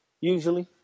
usually